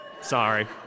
Sorry